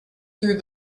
through